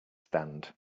stand